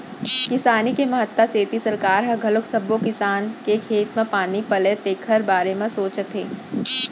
किसानी के महत्ता सेती सरकार ह घलोक सब्बो किसान के खेत म पानी पलय तेखर बारे म सोचे हे